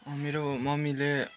मेरो ममीले